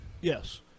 yes